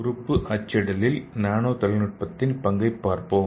உறுப்பு அச்சிடலில் நானோ தொழில்நுட்பத்தின் பங்கைப் பார்ப்போம்